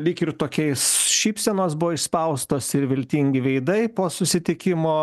lyg ir tokiais šypsenos buvo išspaustos ir viltingi veidai po susitikimo